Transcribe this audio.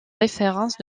référence